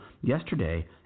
yesterday